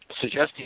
suggesting